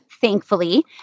thankfully